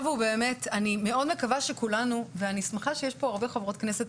אני שמחה שיש פה הרבה חברות כנסת,